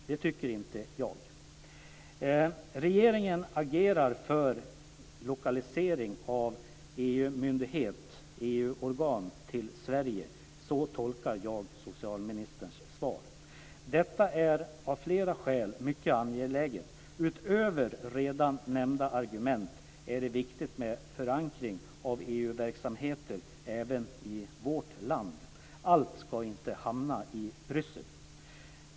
Det tycker inte jag. Regeringen agerar för en lokalisering av en EU myndighet eller ett EU-organ till Sverige. Så tolkar jag socialministerns svar. Detta är mycket angeläget av flera skäl. Utöver redan nämnda argument är det viktigt med förankring av EU-verksamheter även i vårt land. Allt skall inte hamna i Bryssel.